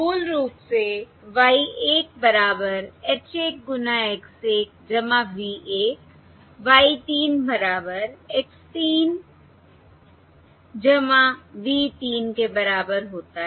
मूल रूप से Y 1 बराबर h 1 गुना X 1 V 1 Y 3 बराबर X 3 V 3 के बराबर होता है